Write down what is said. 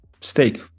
steak